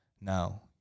Now